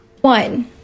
One